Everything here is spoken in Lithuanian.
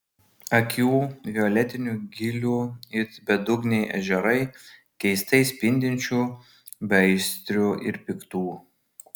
akių violetinių gilių it bedugniai ežerai keistai spindinčių beaistrių ir piktų